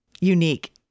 unique